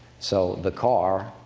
so, the car